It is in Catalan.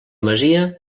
masia